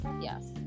Yes